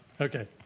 Okay